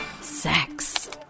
Sex